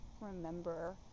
remember